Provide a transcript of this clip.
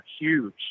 huge